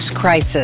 crisis